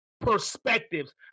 perspectives